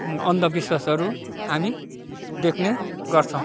अन्धविश्वासहरू हामी देख्ने गर्छौँ